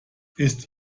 ist